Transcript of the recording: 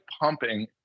pumping